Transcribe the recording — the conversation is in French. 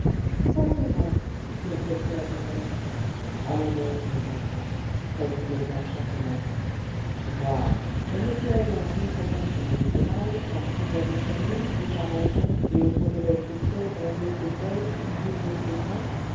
ça c'est vrai dirent quelques laboureurs allons donc mes enfants reprit le père châtelain voire on ne ferait donc ni plantations ni semailles parce qu'il y a des chenilles des charançons et autres mauvaises bestioles rongeuses de feuilles ou grugeuses de grain